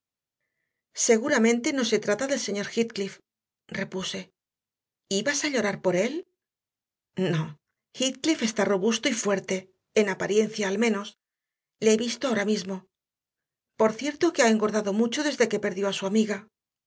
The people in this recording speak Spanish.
seguramente no se trata del señor heathcliff repuse ibas a llorar por él no heathcliff está robusto y fuerte en apariencia al menos le he visto ahora mismo por cierto que ha engordado mucho desde que perdió a su amiga